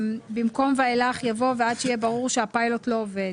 במקום "ואילך" יבוא "ועד שיהיה ברור שהפיילוט לא עובד".